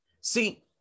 See